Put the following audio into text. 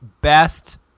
best